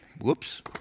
Whoops